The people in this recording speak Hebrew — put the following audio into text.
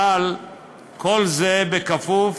אבל כל זה בכפוף